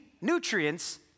nutrients